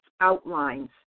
outlines